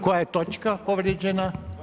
Koja je točka povrijeđena?